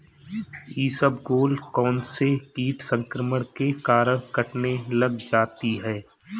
इसबगोल कौनसे कीट संक्रमण के कारण कटने लग जाती है?